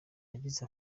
yagize